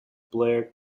blair